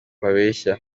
abeshya